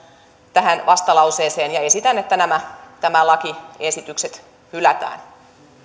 tähän vastalauseeseen ja esitän että nämä lakiesitykset hylätään